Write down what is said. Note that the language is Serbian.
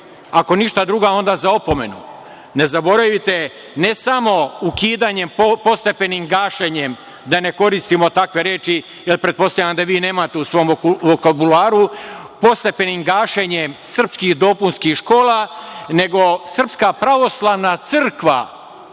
ako ništa drugo, onda za opomenu. Ne zaboravite ne samo ukidanjem, postepenim gašenjem, da ne koristimo takve reči, jer pretpostavljam da vi nemate u svom vokabularu, postepenim gašenjem srpskih dopunskih škola, nego Srpska pravoslavna crkva,